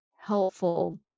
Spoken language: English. helpful